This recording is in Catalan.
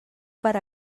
per